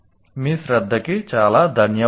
మీ శ్రద్ధకి చాలా ధన్యవాదాలు